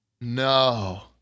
no